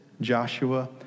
Joshua